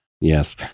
Yes